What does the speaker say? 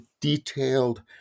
detailed